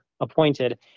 appointed